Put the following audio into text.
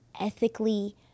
ethically